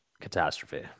Catastrophe